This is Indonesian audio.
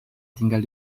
tinggal